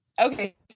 okay